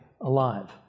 alive